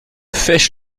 fesches